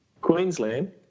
Queensland